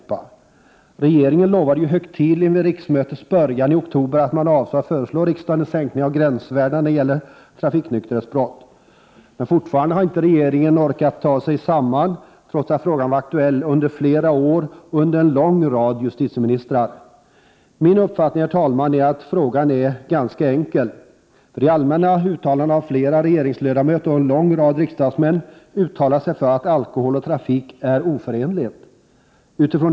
1988/89:124 ringen lovade ju högtidligt vid riksmötets början i oktober att man avsåg att 30 maj 1989 föreslå riksdagen en sänkning av gränsvärdena när det gäller trafiknykterhetsbrott. Men fortfarande har regeringen inte orkat ta sig samman, trots att frågan har varit aktuell under flera år och under en lång rad justitieministrar. Min uppfattning, herr talman, är att frågan är ganska enkel. I allmänna uttalanden har flera regeringsledamöter och en lång rad riksdagsmän förklarat att alkohol och trafik är oförenliga.